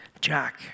Jack